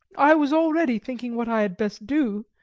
i was already thinking what i had best do,